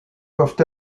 peuvent